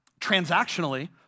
transactionally